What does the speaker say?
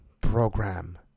Program